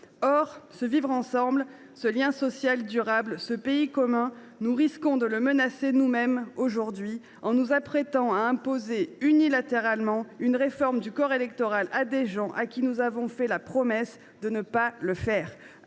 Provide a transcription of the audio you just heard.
Or, ce vivre ensemble, ce lien social durable, ce pays commun, nous risquons de le menacer nous mêmes aujourd’hui, en imposant unilatéralement une réforme du corps électoral à des gens à qui nous avons fait la promesse de ne pas le faire